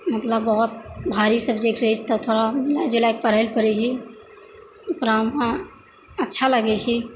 मतलब बहुत भारी सब्जेक्ट रहै छै तब थोड़ा मिलाये जूलाके पढ़ैला पड़ै छी ओकरा अच्छा लागै छै